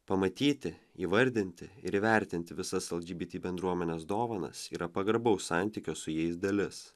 pamatyti įvardinti ir įvertinti visas lgbt bendruomenės dovanas yra pagarbaus santykio su jais dalis